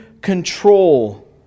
control